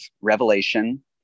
Revelation